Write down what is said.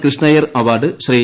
Krishna Iyer award Shri